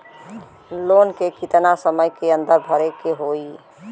Loan के कितना समय के अंदर भरे के होई?